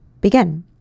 begin